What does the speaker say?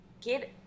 get